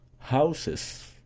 houses